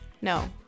No